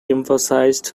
emphasized